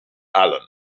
allan